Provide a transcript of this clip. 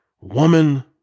woman